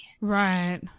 Right